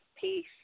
Peace